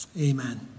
Amen